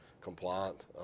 compliant